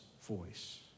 voice